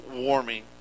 warming